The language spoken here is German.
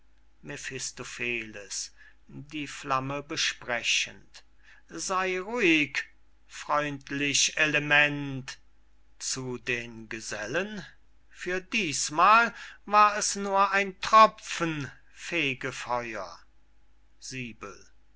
mephistopheles die flamme besprechend sey ruhig freundlich element zu dem gesellen für dießmal war es nur ein tropfen fegefeuer